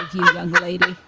young lady